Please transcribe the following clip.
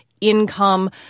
income